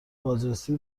بازرسی